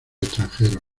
extranjero